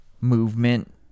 movement